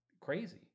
crazy